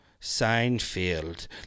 Seinfeld